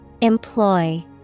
Employ